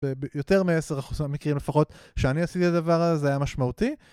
ביותר מ-10% מכירים לפחות שאני עשיתי את הדבר הזה היה משמעותי.